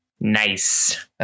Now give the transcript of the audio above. nice